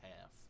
half